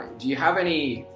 do you have any,